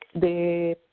the